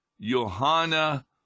Johanna